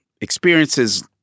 experiences